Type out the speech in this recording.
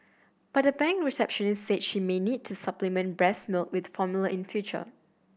but the bank receptionist said she may need to supplement breast with formula in future